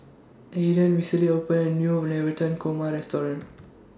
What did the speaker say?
Ayden recently opened A New Navratan Korma Restaurant